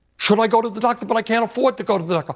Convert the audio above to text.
should i go to the doctor? but i can't afford to go to the